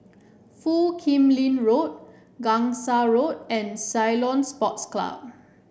Foo Kim Lin Road Gangsa Road and Ceylon Sports Club